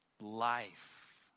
Life